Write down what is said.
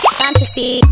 fantasy